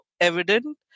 evident